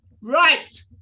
right